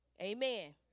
Amen